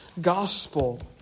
gospel